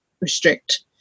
restrict